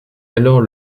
alors